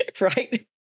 right